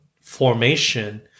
formation